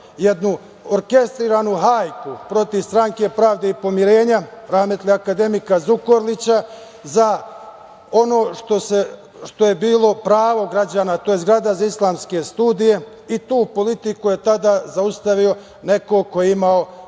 jednu orkestriranu hajku protiv Stranke pravde i pomirenja, rahmetli akademika Zukorlića, za ono što je bilo pravo građana, to je zgrada za islamske studije i tu politiku je tada zaustavio neko ko je imao